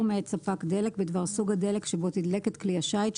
מאת ספק דלק בדבר סוג הדלק שבו תידלק את כלי השיט,